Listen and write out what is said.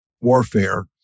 warfare